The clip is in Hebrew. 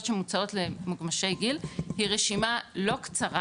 שמוצעות למוגמשי גיל היא רשימה לא קצרה